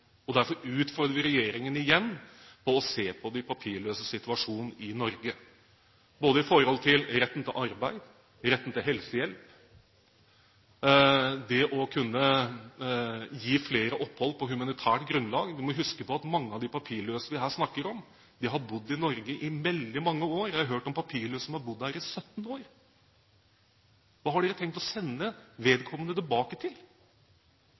og derfor utfordrer vi igjen regjeringen til å se på de papirløses situasjon i Norge – når det gjelder både retten til arbeid, retten til helsehjelp og det å kunne gi flere opphold på humanitært grunnlag. Vi må huske på at mange av de papirløse vi her snakker om, har bodd i Norge i veldig mange år. Jeg har hørt om papirløse som har bodd her i 17 år. Hva har man tenkt å sende vedkommende tilbake til?